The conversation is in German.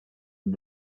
und